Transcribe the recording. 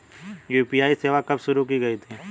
UPI सेवा कब शुरू की गई थी?